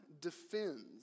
defends